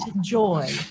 joy